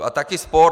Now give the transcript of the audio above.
A taky sport.